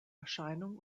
erscheinung